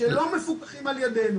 שלא מפוקחים על ידינו.